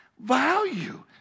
value